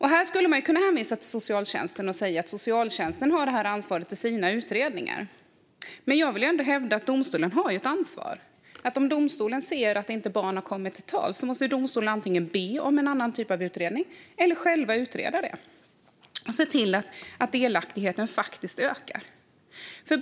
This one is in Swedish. Här skulle man kunna hänvisa till socialtjänsten och säga att den har det här ansvaret i sina utredningar. Men jag vill ändå hävda att domstolen har ett ansvar. Om domstolen ser att barnet inte har kommit till tals måste domstolen antingen be om en annan typ av utredning eller själva utreda och se till att delaktigheten faktiskt ökar.